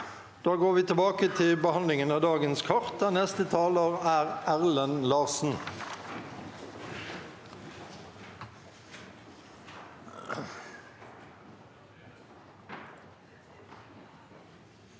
Da går vi tilbake til be- handlingen av dagens kart, der neste taler er Erlend Larsen.